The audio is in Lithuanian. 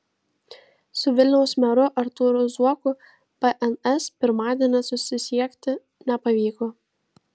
su vilniaus meru artūru zuoku bns pirmadienį susisiekti nepavyko